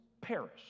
perish